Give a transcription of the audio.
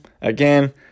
Again